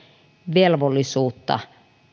velvollisuutta